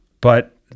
But-